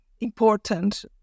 important